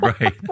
Right